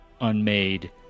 unmade